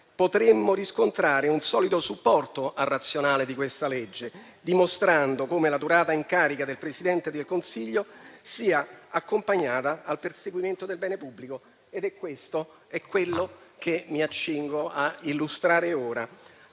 potremmo riscontrare un solido supporto al razionale di questa legge, dimostrando come la durata in carica del Presidente del Consiglio sia accompagnata al perseguimento del bene pubblico ed è quello che mi accingo a illustrare ora.